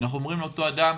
אנחנו אומרים לאותו אדם: